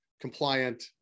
compliant